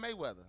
mayweather